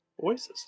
Voices